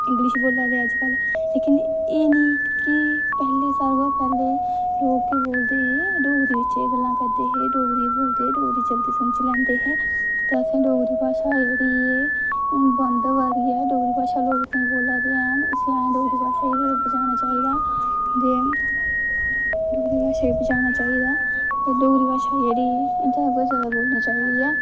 English बोल्लै दे अजकल एह् नेईं कि पैह्लें सारे कोला पैह्लें लोक लोक केह् बोलदे हे डोगरी बिच गै गल्लां करदे हे डोगरी बोलदे हे समझी लैंदे है डोगरी भाशा जेहड़ी ऐ बंद होआ दी ऐ डोगरी भाशा लोग नेईं बोल्लै दे हैन इसी असें डोगरी भाशा गी बचाना चाहिदा ते डोगरी भाशा गी बचाना चाहिदा डोगरी भाशा जेहड़ी जैदा कोला जैदा बोलनी चाहिदी